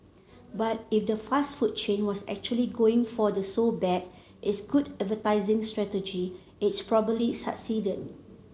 but if the fast food chain was actually going for the so bad it's good advertising strategy it probably succeeded